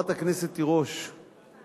חברת הכנסת תירוש,